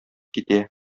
китә